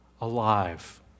alive